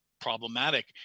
Problematic